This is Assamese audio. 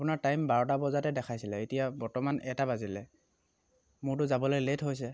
আপোনাৰ টাইম বাৰটা বজাতে দেখাইছিলে এতিয়া বৰ্তমান এটা বাজিলে মোৰতো যাবলৈ লেট হৈছে